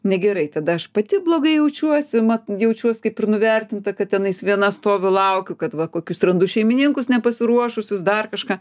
negerai tada aš pati blogai jaučiuosi mat jaučiuos kaip ir nuvertinta kad tenais viena stoviu laukiu kad va kokius randu šeimininkus nepasiruošusius dar kažką